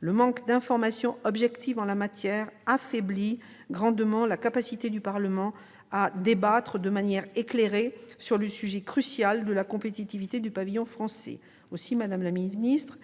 Le manque d'informations objectives en la matière affaiblit grandement la capacité du Parlement à débattre de manière éclairée sur le sujet crucial de la compétitivité du pavillon français. Pouvez-vous nous donner, madame la ministre,